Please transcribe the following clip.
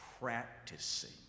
practicing